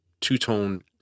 two-tone